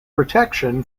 protection